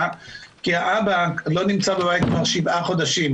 כי האבא לא נמצא בבית כבר שבעה חודשים,